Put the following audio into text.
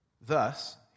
Thus